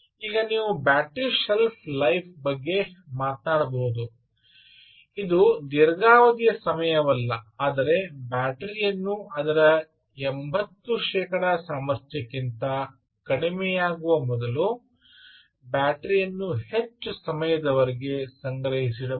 ಈಗ ನೀವು battery shelf life ಬಗ್ಗೆ ಮಾತನಾಡಬಹುದು ಇದು ದೀರ್ಘಾವಧಿಯ ಸಮಯವಲ್ಲ ಆದರೆ ಬ್ಯಾಟರಿಯನ್ನು ಅದರ 80 ಶೇಕಡಾ ಸಾಮರ್ಥ್ಯಕ್ಕಿಂತ ಕಡಿಮೆಯಾಗುವ ಮೊದಲು ಬ್ಯಾಟರಿಯನ್ನು ಹೆಚ್ಚು ಸಮಯದವರೆಗೆ ಸಂಗ್ರಹಿಸಬಹುದು